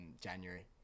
January